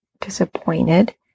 disappointed